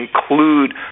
include